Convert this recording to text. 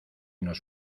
nos